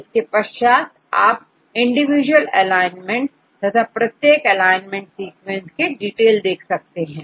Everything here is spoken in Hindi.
इसके नीचे आप इंडिविजुअल एलाइनमेंट तथा प्रत्येक एलाइनमेंट सीक्वेंस के डिटेल देख सकते हैं